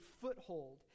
foothold